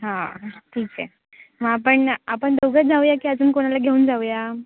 हा ठीक आहे आपण आपण दोघंच जाऊया की अजून कोणाला घेऊन जाऊया